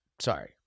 Sorry